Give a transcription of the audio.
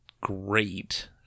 great